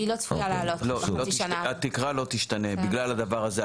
והיא לא צפויה לעלות בחצי שנה --- התקרה לא תשתנה בגלל הדבר הזה.